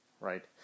right